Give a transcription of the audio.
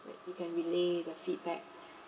like you can relay the feedback